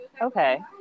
Okay